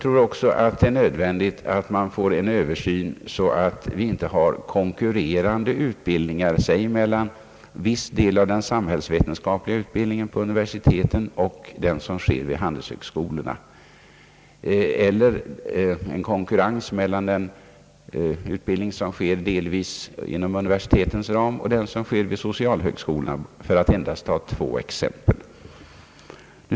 Det behövs också en översyn som leder till att vi inte får sinsemellan konkurrerande utbildningslinjer — jag tänker på viss del av den samhällsvetenskapliga utbildningen vid universiteten och utbildningen vid handelshögskolorna liksom på den utbildning, som delvis sker inom universitetens ram, och den som sker vid socialhögskolorna, för att endast ta två exempel.